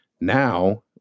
Now